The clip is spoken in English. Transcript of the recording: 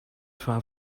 far